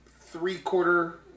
three-quarter